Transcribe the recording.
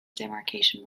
demarcation